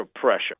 pressure